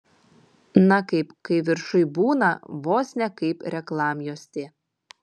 na kaip kai viršuj būna vos ne kaip reklamjuostė